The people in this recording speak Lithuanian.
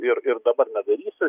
ir ir dabar nedarysiu